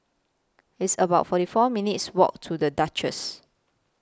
It's about forty four minutes' Walk to The Duchess